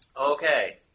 Okay